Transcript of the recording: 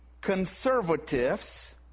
Conservatives